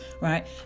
right